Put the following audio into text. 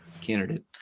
candidate